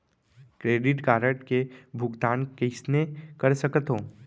Credit card के भुगतान कइसने कर सकथो?